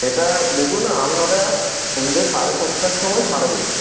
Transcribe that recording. সেটা দেখুন আমি ওটা সন্ধ্যে সাড়ে সাতটার সময় ছাড়ব